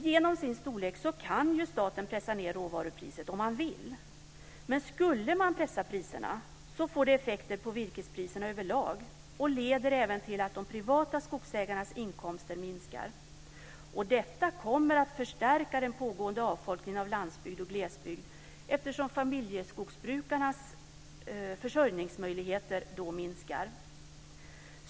Genom sin storlek kan ju staten pressa ned råvarupriset om man vill. Men skulle man pressa priserna får det effekter på virkespriserna överlag. Det leder även till att de privata skogsägarnas inkomster minskar. Detta kommer att förstärka den pågående avfolkningen av landsbygd och glesbygd eftersom familjeskogsbrukarnas försörjningsmöjligheter minskar.